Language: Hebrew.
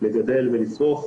לגדל ולצרוך,